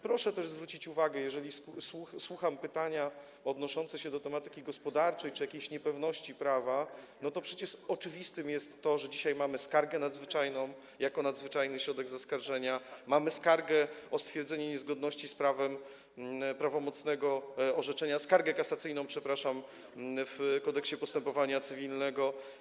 Proszę też zwrócić uwagę, bo słyszę pytania odnoszące się do tematyki gospodarczej czy jakiejś niepewności prawa, że przecież oczywiste jest to, że dzisiaj mamy skargę nadzwyczajną jako nadzwyczajny środek zaskarżenia, mamy skargę o stwierdzenie niezgodności z prawem prawomocnego orzeczenia, skargę kasacyjną, przepraszam, w Kodeksie postępowania cywilnego.